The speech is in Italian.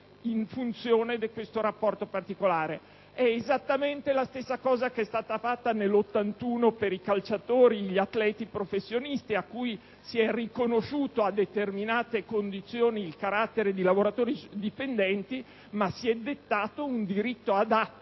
in funzione di questo rapporto particolare. È esattamente la stessa cosa che è stata fatta nel 1981 per i calciatori e gli atleti professionisti, cui si è riconosciuto, a determinate condizioni, il carattere di lavoratori dipendenti, dettando però una disciplina adatta